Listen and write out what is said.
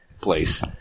place